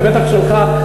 ובטח שלך,